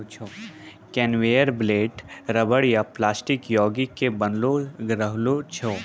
conveyor belt rubber या plastic योगिक के बनलो रहै छै